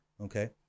okay